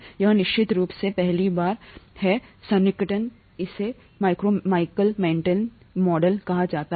यह निश्चित रूप से पहली बार है सन्निकटन इसे माइकलिस मेंटन मॉडल कहा जाता है